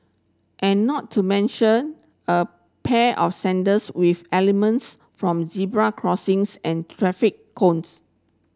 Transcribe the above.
and not to mention a pair of sandals with elements from zebra crossings and traffic cones